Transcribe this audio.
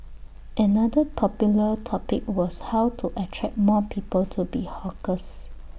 another popular topic was how to attract more people to be hawkers